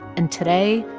and today,